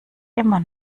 immer